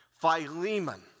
Philemon